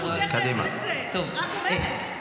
בזכותך העלו את זה, רק אומרת.